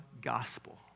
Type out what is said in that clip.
gospel